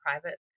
private